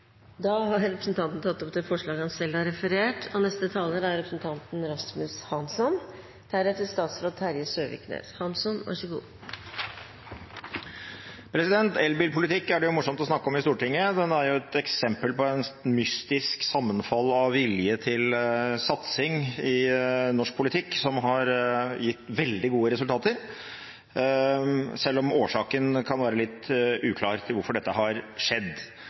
Da har representanten Heikki Eidsvoll Holmås tatt opp de forslagene han refererte til. Elbilpolitikk er det morsomt å snakke om i Stortinget. Det er et eksempel på et mystisk sammenfall av vilje til satsing i norsk politikk som har gitt veldig gode resultater, selv om årsaken til at dette har skjedd kan være litt uklar. Nå er vi i den enda hyggeligere situasjonen at vi er under press for å kunne ta imot suksessen vi selv har